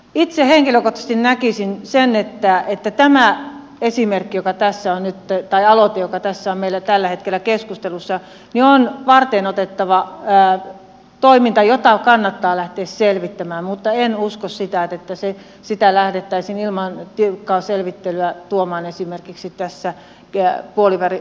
itse henkilökohtaisesti näkisin että tämä aloite joka tässä on nyt töitä ja luoti joka tässä meillä tällä hetkellä keskustelussa on varteenotettava toiminta jota kannattaa lähteä selvittämään mutta en usko että sitä lähdettäisiin ilman tiukkaa selvittelyä tuomaan esimerkiksi tässä puolivälitarkastuksessa